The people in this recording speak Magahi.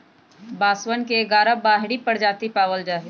बांसवन के ग्यारह बाहरी प्रजाति पावल जाहई